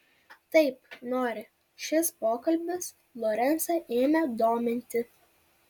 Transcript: taip nori šis pokalbis lorencą ėmė dominti